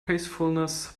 peacefulness